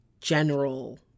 general